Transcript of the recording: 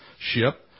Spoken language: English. ship